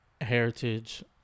Heritage